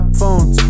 Phones